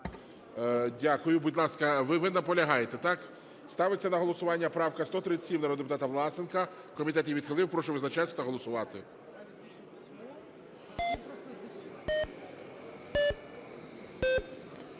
Дякую. Будь ласка, ви наполягаєте, так? Ставиться на голосування правка 137 народного депутата Власенка, комітет її відхилив. Прошу визначатися та голосувати.